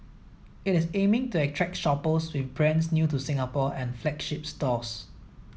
it is aiming to attract shoppers with brands new to Singapore and flagship stores